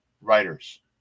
writers